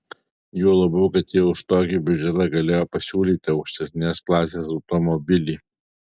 juo labiau kad jie už tokį biudžetą galėjo pasiūlyti aukštesnės klasės automobilį